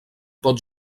pot